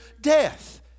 death